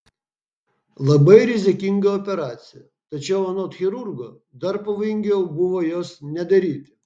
labai rizikinga operacija tačiau anot chirurgo dar pavojingiau buvo jos nedaryti